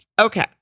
Okay